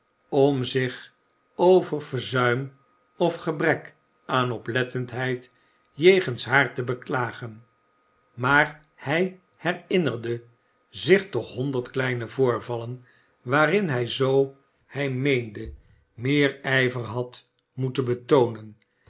om zich over verzuim of gebrek aan oplettendheid jegens haar te beklagen maar hij herinnerde zich toch honderd kleine voorvallen waarin hij zoo hij meende meer ijver had moeten betoonen